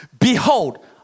Behold